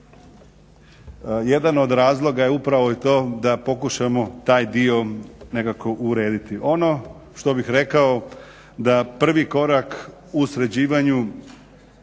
jedan od razloga je upravo i to da pokušamo taj dio nekako urediti. Ono što bih rekao da prvi korak u sređivanju